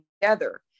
together